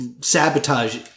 sabotage